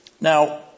Now